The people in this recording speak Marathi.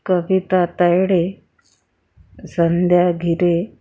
कविता तायडे संध्या घिरे